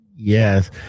Yes